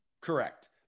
correct